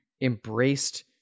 embraced